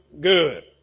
good